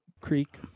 creek